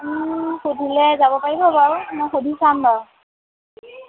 সুধিলে যাব পাৰিব বাৰু মই সুধি চাম বাৰু